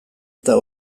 eta